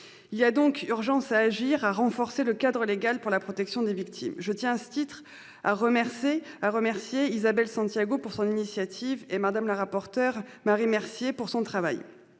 Il y a donc urgence à agir pour renforcer le cadre légal pour la protection des victimes. À cet égard, je remercie Mme Isabelle Santiago de son initiative et Mme la rapporteure, Marie Mercier, de son travail.